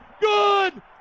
good